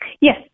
Yes